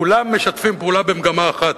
כולם משתפים פעולה במגמה אחת: